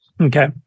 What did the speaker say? Okay